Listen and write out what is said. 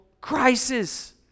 crisis